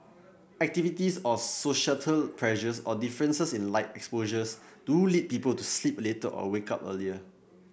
activities or societal pressures or differences in light exposure do lead people to sleep later or wake up earlier